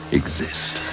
exist